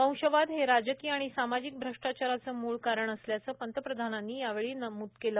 वंशवाद हे राजकीय आणि सामाजिक श्वष्टाचाराचं मूळ कारण असल्याचं पंतप्रधानांनी यावेळी नमूद केलं